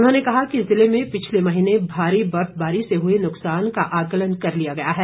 उन्होंने कहा कि ज़िले में पिछले महीने भारी बर्फबारी से हुए नुकसान का आकलन कर लिया गया है